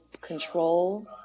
control